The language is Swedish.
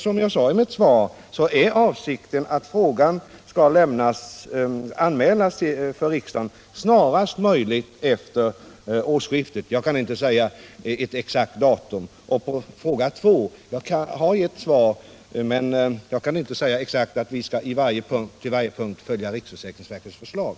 Som jag sade i mitt svar är avsikten att frågan skall anmälas för riksdagen snarast möjligt efter årsskiftet. Jag kan inte säga något exakt datum. När det gäller den andra frågan har jag redan givit ett svar. Jag kan inte säga att vi på varje punkt kommer att följa riksförsäkringsverkets förslag.